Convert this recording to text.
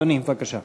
אדוני, בבקשה.